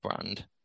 brand